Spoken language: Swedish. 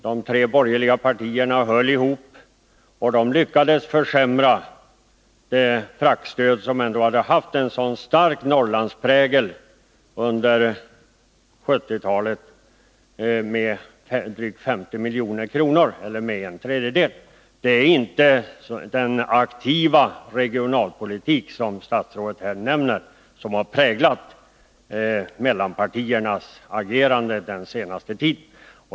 De tre borgerliga partierna höll ihop, och de lyckades försämra fraktstödet som ändå hade haft en så stark Norrlandsprägel under 1970-talet, med drygt 50 milj.kr. eller med en tredjedel. Det är inte den aktiva regionalpolitik som statsrådet här nämner som har präglat mellanpartiernas agerande den senaste tiden.